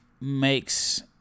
makes